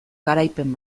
garaipen